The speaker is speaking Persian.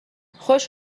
خوش